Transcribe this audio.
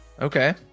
okay